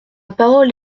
parole